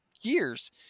years